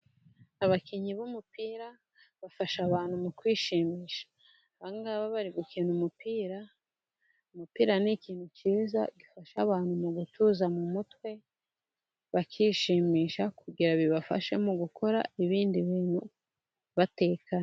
Abakinnyi b'umupira bafasha abantu mu kwishimisha, aba ngaba bari gukina umupira. Umupira ni ikintu cyiza, gifasha abantu mu gutuza mu mutwe, bakishimisha kugira bibafashe mu gukora ibindi bintu batekanye.